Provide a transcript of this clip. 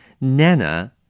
Nana